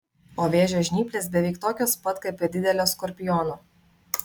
o vėžio žnyplės beveik tokios pat kaip ir didelio skorpiono